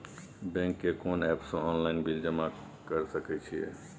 Bank के कोन app से ऑनलाइन बिल जमा कर सके छिए?